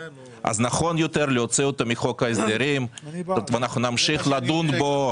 נכון יותר להוציא אותו מחוק ההסדרים ואנחנו נמשיך לדון בו.